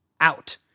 out